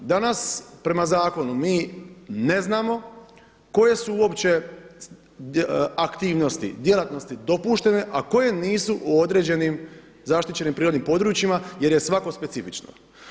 Danas prema zakonu mi ne znamo koje su uopće aktivnosti, djelatnosti dopuštene, a koje nisu u određenim zaštićenim prirodnim područjima jer je svako specifično.